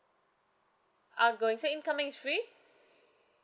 outgoing so incoming is free